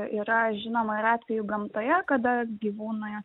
yra žinoma ir atvejų gamtoje kada gyvūnui